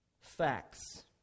facts